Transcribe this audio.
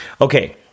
Okay